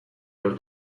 los